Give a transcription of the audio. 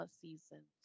season